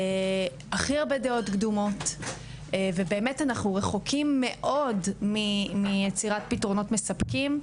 עם הכי הרבה דעות קדומות ואנחנו רחוקים מאוד מיצירת פתרונות מספקים.